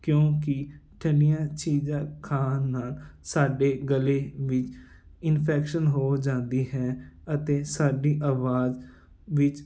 ਕਿਉਂਕਿ ਠੰਡੀਆਂ ਚੀਜ਼ਾਂ ਖਾਣ ਨਾਲ ਸਾਡੇ ਗਲੇ ਵਿੱਚ ਇਨਫੈਕਸ਼ਨ ਹੋ ਜਾਂਦੀ ਹੈ ਅਤੇ ਸਾਡੀ ਆਵਾਜ਼ ਵਿੱਚ